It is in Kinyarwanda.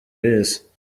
wese